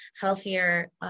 healthier